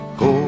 go